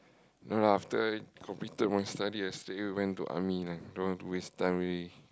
no lah after completed my studies I straight away went to army lah don't want to waste time already